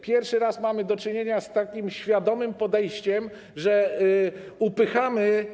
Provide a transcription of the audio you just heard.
Pierwszy raz mamy do czynienia z takim świadomym podejściem, że upychamy.